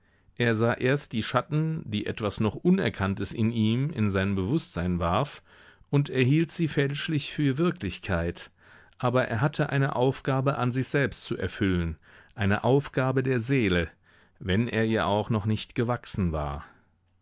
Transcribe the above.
er sah erst die schatten die etwas noch unerkanntes in ihm in sein bewußtsein warf und er hielt sie fälschlich für wirklichkeit aber er hatte eine aufgabe an sich selbst zu erfüllen eine aufgabe der seele wenn er ihr auch noch nicht gewachsen war